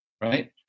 right